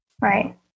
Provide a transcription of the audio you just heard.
Right